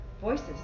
voices